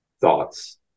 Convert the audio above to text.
thoughts